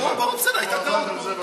למה לעבודה?